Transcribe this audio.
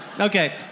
okay